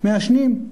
מעשנים.